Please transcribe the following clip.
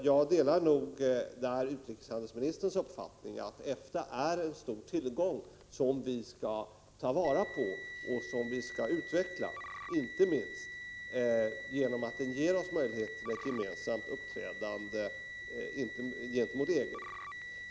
Jag delar utrikeshandelsministerns uppfattning att EFTA är en stor tillgång, som vi skall ta till vara och som vi skall utveckla inte minst genom att EFTA ger oss möjlighet till ett gemensamt uppträdande gentemot EG.